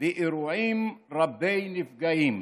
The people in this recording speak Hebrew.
ואירועים רבי נפגעים,